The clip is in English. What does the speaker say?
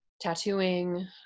Tattooing